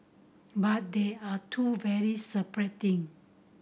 but they are two very separate thing